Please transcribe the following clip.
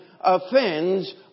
offends